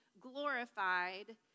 glorified